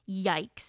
yikes